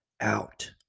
out